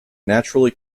naturally